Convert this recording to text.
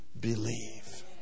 believe